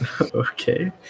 Okay